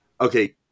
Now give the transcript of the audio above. okay